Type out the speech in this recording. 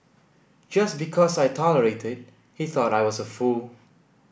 just because I tolerated he thought I was a fool